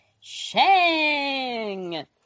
Shang